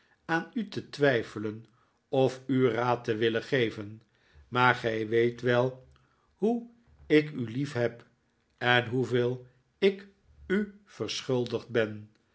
aan u te twijfelen of u raad te willen geven maar gij weet wel hoe ik u liefheb en hoeveel ik u verschuldigd ben